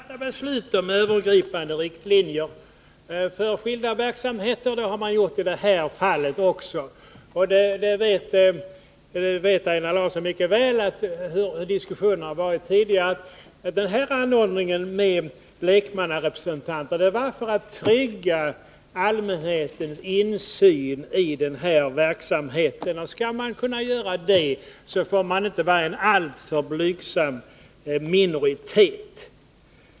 Fru talman! Jag vet mycket väl att riksdagen har att fatta beslut om övergripande riktlinjer för skilda verksamheter. Så har skett i det här fallet också, och Einar Larsson vet mycket väl hur diskussionen har förts tidigare. Anordningen med lekmannarepresentanter tillkom för att trygga allmänhetens insyn i verksamheten, och skall kravet på insyn tillgodoses får de inte vara en alltför blygsam minoritet.